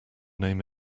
name